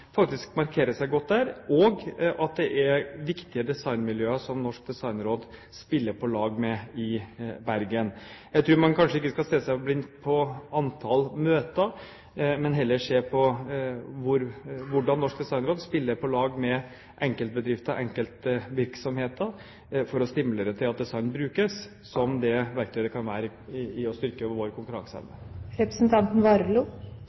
faktisk markerer seg godt der, og at det er viktige designmiljøer Norsk Designråd spiller på lag med i Bergen. Jeg tror man kanskje ikke skal se seg blind på antall møter, men heller se på hvordan Norsk Designråd spiller på lag med enkeltbedrifter og enkeltvirksomheter for å stimulere til at design brukes som det verktøyet det kan være for å styrke vår